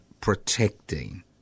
protecting